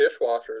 dishwashers